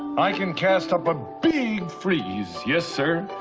i can cast up a big freeze, yes sir,